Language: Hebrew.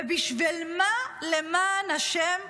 ובשביל מה, למען השם,